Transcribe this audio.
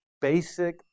basic